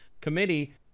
Committee